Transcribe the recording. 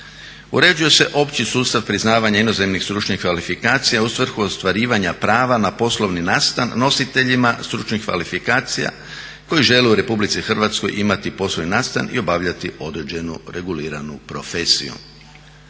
Uređuje se opći sustav priznavanja inozemnih stručnih kvalifikacija u svrhu ostvarivanja prava na poslovni nastan nositeljima stručnih kvalifikacija koji žele u RH imati poslovni nastan i obavljati određenu reguliranu profesiju.